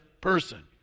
person